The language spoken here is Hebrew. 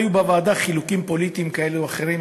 היו בוועדה חילוקים פוליטיים כאלה או אחרים,